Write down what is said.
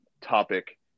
topic